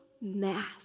mass